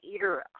era